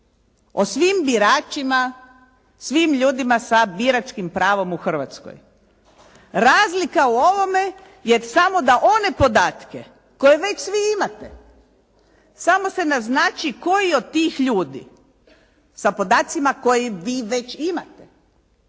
O svim biračima, svim ljudima sa biračkim pravom u Hrvatskoj. Razlika u ovome je samo da one podatke koje već svi imate samo se naznači koji od tih ljudi sa podacima koje vi već imate